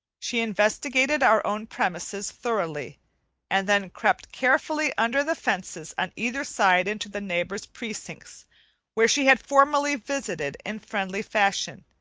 she investigated our own premises thoroughly and then crept carefully under the fences on either side into the neighbor's precincts where she had formerly visited in friendly fashion